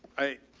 i,